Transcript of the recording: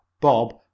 Bob